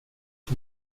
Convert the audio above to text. est